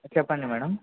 చెప్పండి మేడం